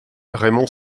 raymond